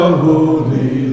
holy